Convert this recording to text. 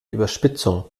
überspitzung